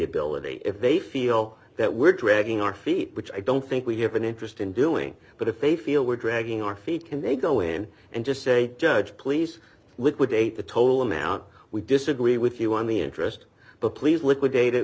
ability if they feel that we're dragging our feet which i don't think we have an interest in doing but if they feel we're dragging our feet can they go in and just say judge please liquidate the total amount we disagree with you on the interest but please liquidate